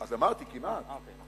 אז אמרתי "כמעט".